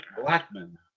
Blackman